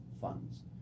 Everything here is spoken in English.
funds